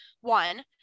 one